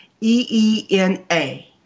E-E-N-A